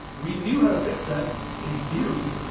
we knew how to fix that in theory.